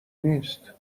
نیست